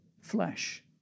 flesh